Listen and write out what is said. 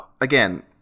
Again